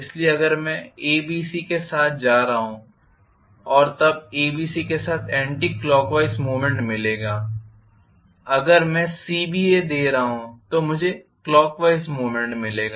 इसलिए अगर मैं ABC के साथ जा रहा हूं और तब ABC के साथ एंटी क्लॉकवाइज मूवमेंट मिलेगा अगर मैं CBA दे रहा हूं तो मुझे क्लॉकवाइज मूवमेंट मिलेगा